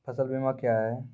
फसल बीमा क्या हैं?